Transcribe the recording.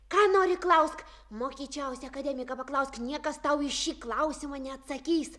ką nori klausk mokyčiausi akademiką paklausk niekas tau į šį klausimą neatsakys